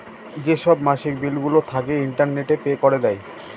যেসব মাসিক বিলগুলো থাকে, ইন্টারনেটে পে করে দেয়